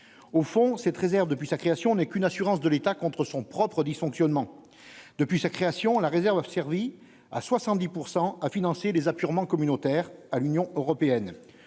au fond cette réserve depuis sa création n'est qu'une assurance de l'État contre son propre dysfonctionnements depuis sa création, la réserve servi à 70 pourcent à financer les apurements communautaires à l'Union européenne,